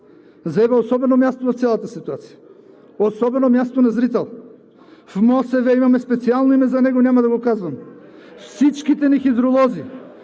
заема особено място в цялата ситуация, особено място на зрител. В МОСВ имаме специално име за него, няма да го казвам. Всичките ни хидролози,